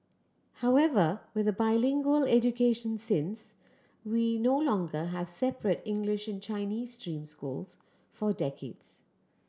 however with a bilingual education since we no longer have separate English and Chinese stream schools for decades